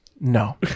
No